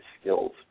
skills